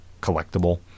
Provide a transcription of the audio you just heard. collectible